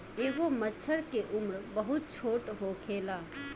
एगो मछर के उम्र बहुत छोट होखेला